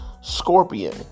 Scorpion